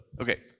okay